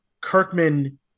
Kirkman